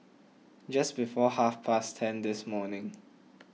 just before half past ten this morning